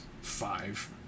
five